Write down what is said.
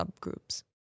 subgroups